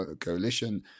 coalition